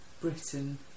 Britain